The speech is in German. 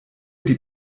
die